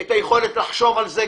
את היכולת לחשוב על זה,